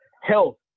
health